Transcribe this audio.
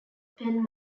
penn